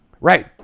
Right